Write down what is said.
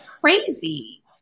Crazy